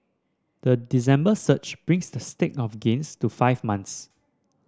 the December surge brings the streak of gains to five months